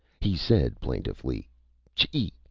he said plaintively chee!